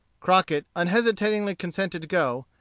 crockett unhesitatingly consented to go,